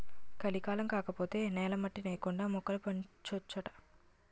కలికాలం కాకపోతే నేల మట్టి నేకండా మొక్కలు పెంచొచ్చునాట